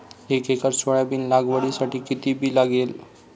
एक acre soybean लागवडीसाठी किती बी लागेल?